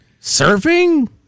Surfing